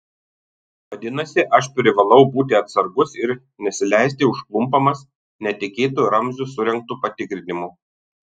vadinasi aš privalau būti atsargus ir nesileisti užklumpamas netikėto ramzio surengto patikrinimo